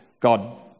God